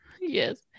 Yes